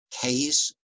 case